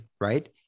right